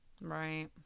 Right